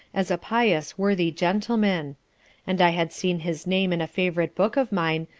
as a pious worthy gentleman and i had seen his name in a favourite book of mine,